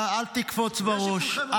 אל תקפוץ בראש.